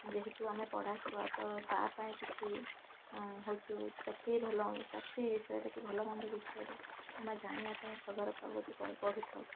ଯେହେତୁ ଆମେ ପଢ଼ା ଛୁଆ ତ ସା ପାଇଁ କିଛି ହଉଛି ହଉ ଚାକିରୀ ଭଲ ଚାକିରୀ ବିଷୟରେ କି ଭଲ ମନ୍ଦ ବିଷୟରେ ଆମେ ଜାଣିବା ପାଇଁ ଖବରକାଗଜ ପଢ଼ ପଢ଼ୁଥାଉ